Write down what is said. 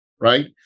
right